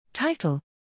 Title